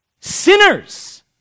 Sinners